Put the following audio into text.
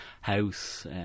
house